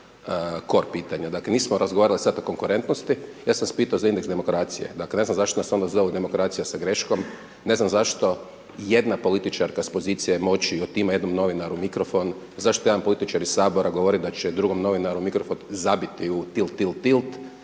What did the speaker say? kor pitanja, dakle, nismo razgovarali sada o konkurentnosti, ja sam vas pitao za indeks demokracije, dakle, ne znam zašto nas onda zovu demokracija sa greškom, ne znam zašto jedna političarka s pozicije moći, otima jednom novinaru mikrofon, zašto jedan političar iz Sabora govori da će drugom novinaru mikrofon zabiti u til til tilt,